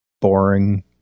boring